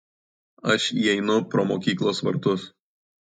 aš įeinu pro mokyklos vartus